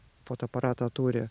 fotoaparatą turi